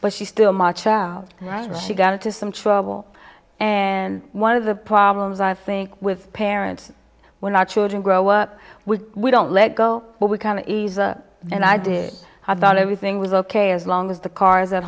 but she still marched right she got into some trouble and one of the problems i think with parents when our children grow up with we don't let go but we kind of and i did i thought everything was ok as long as the car's at